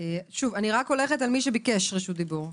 אני הולכת על מי שביקש רשות דיבור.